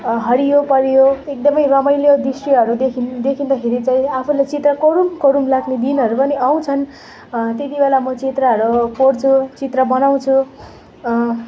हरियो परियो एकदमै रमाइलो दृश्यहरू देखिन् देखिँदाखेरि चाहिँ आफूलाई चित्र कोरौँ कोरौँ लाग्ने दिनहरू पनि आउँछन् त्यतिबेला म चित्रहरू कोर्छु चित्र बनाउँछु